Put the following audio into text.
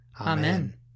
Amen